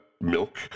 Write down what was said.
milk